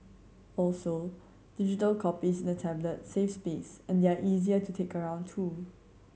also digital copies in a tablet save space and they are easier to take around too